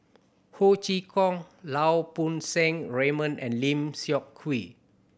Ho Chee Kong Lau Poo Seng Raymond and Lim Seok Hui